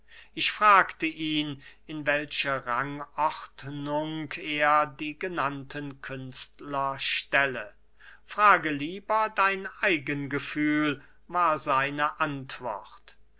ich fragte ihn in welche rangordnung er die genannten künstler stelle frage lieber dein eigen gefühl war seine antwort